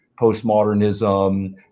postmodernism